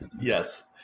yes